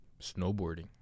Snowboarding